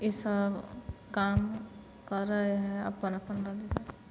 इसब काम करै है अपन अपन ढंग कए